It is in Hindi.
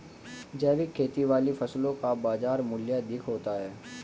जैविक खेती वाली फसलों का बाजार मूल्य अधिक होता है